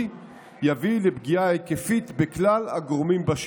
יביא לפגיעה ההיקפית בכלל הגורמים בשטח.